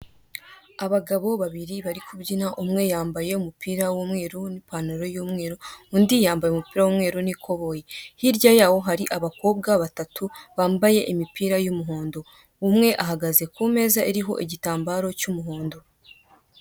Abagabo babiri bari kubyina, umwe yambaye umupira w'umweru n'ipantaro y'umweru, undi yambaye umupira w'umweru n'ikoboyi. Hirya yaho hari abakobwa batatu bambaye imipira y'umuhindo. Umwe ahagaze ku meza iriho igitambaro cy'umuhondo.